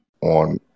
on